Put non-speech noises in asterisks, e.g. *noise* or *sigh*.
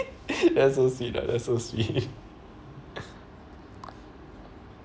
*laughs* that's so sweet ah that's so sweet *laughs*